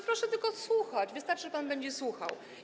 Proszę tylko słuchać, wystarczy, że pan będzie słuchał.